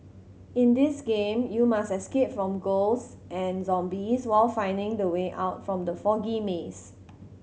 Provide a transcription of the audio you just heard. in this game you must escape from ghost and zombies while finding the way out from the foggy maze